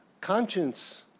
conscience